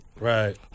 Right